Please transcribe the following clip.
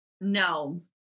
No